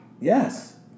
Yes